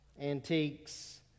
antiques